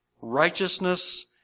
Righteousness